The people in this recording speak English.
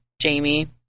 Jamie